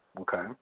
okay